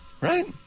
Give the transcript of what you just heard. Right